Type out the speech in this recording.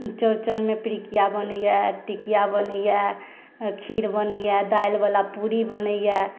चौरचनमे पिरुकिया बनैया टिकिया बनैया खीर बनैया दालि बाला पूरी बनैया